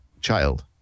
child